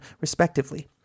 respectively